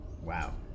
Wow